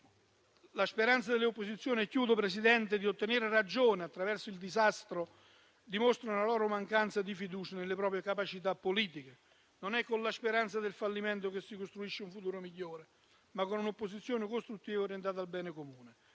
La speranza delle opposizioni - e concludo, signor Presidente - di ottenere ragione attraverso il disastro dimostra la mancanza di fiducia nelle proprie capacità politiche. Non è con la speranza del fallimento che si costruisce un futuro migliore, ma con un'opposizione costruttiva orientata al bene comune.